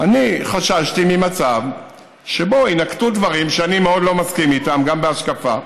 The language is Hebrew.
אני חששתי ממצב שבו יינקטו דברים שאני מאוד לא מסכים איתם גם בהשקפה,